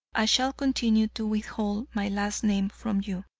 i shall continue to withhold my last name from you,